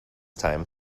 time